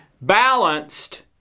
balanced